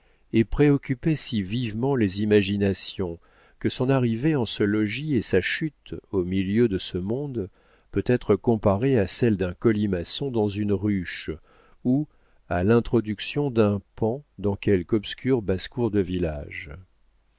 et préoccupait si vivement les imaginations que son arrivée en ce logis et sa chute au milieu de ce monde peut être comparée à celle d'un colimaçon dans une ruche ou à l'introduction d'un paon dans quelque obscure basse-cour de village